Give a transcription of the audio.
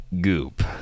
Goop